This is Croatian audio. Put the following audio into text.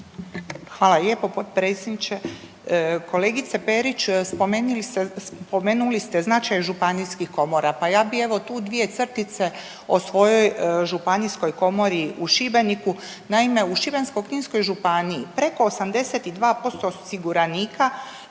Hvala lijepo potpredsjedniče. Kolegice Perić, spomenuli ste značaj županijskih komora, pa ja bi evo tu dvije crtice o svojoj županijskoj komori u Šibeniku. Naime, u Šibensko-kninskoj županiji preko 82% osiguranika